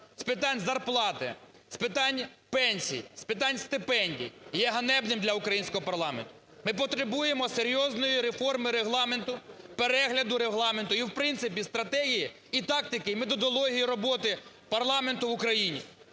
з питань зарплати, з питань пенсій, з питань стипендій є ганебним для українського парламенту. Ми потребуємо серйозної реформи Регламенту, перегляду Регламенту і в принципі стратегії і тактики, і методології роботи парламенту в Україні.